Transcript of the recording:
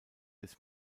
des